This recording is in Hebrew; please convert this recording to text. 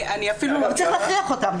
אפילו לא צריך להכריח אותם.